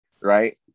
right